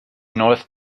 north